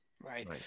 Right